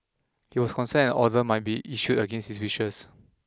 he was concerned an order might be issued against his wishes